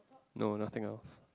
no nothing else